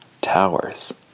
towers